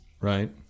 right